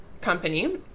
company